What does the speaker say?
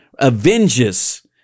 avenges